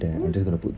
mm